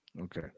okay